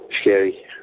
Scary